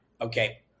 okay